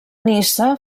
niça